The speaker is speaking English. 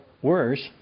Worse